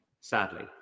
sadly